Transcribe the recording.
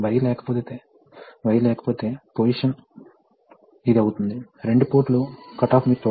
ఇది X దూరానికి కదులుతుందని అనుకుందాం కాబట్టి ఇది V అయితే ఆ ఏరియా సగం అని అనుకుందాం ఈ వైపు అది K V గా ఉంటుంది యూనిట్ సమయంలో కదిలిన దూరం